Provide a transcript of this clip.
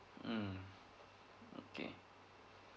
mm okay